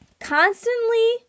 Constantly